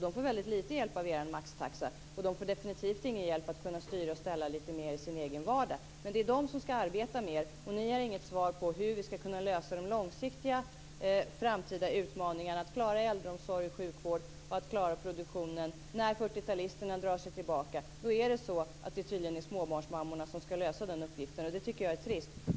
De får väldigt lite hjälp av er maxtaxa, och de får definitivt ingen hjälp att kunna styra och ställa lite mer i sin egen vardag. Men det är de som ska arbeta mer. Ni har inget svar på hur vi ska kunna lösa de långsiktiga framtida utmaningarna att klara äldreomsorgen, sjukvården och produktionen. När 40-talisterna drar sig tillbaka är det tydligen småbarnsmammorna som ska lösa den uppgiften, och det tycker jag är trist.